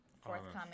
forthcoming